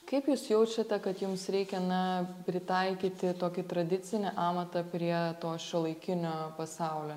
kaip jūs jaučiate kad jums reikia na pritaikyti tokį tradicinį amatą prie to šiuolaikinio pasaulio